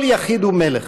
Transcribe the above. "כל יחיד הוא מלך".